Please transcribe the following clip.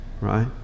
right